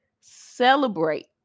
celebrate